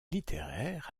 littéraire